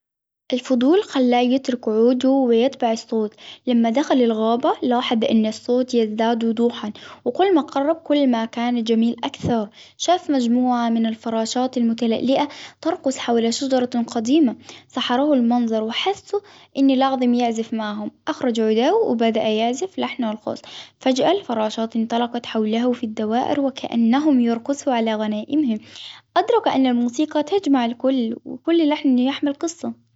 الفضول خلاه يترك عوده ويتبع الصوت، لما دخل الغابة لاحظ إن الصوت يزداد وضوحا. وكل ما قرب كل ما كان الجميل أكثر. شاف مجموعة من الفراشات المتلألئة ترقص حول شجرة قديمة. سحره المنظر وحسوا أن لازم يعزف معهم. أخرج عوده وبدأ يعزف لحنه الخاص، وفجأة الفراشات إنطلقت حوله في الدوائر وكأنهم يرقصوا على غنائمهم. أدرك أن الموسيقى تجمع الكل وكل لحن يحمل قصة.